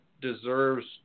deserves